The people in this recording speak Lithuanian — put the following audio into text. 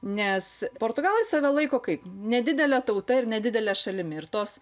nes portugalai save laiko kaip nedidele tauta ir nedidele šalim ir tos